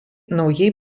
naujai